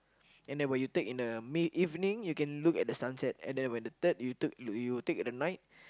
and then when you take in the mid evening you can look at the sunset and then when the third you took you would take at the night